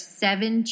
seven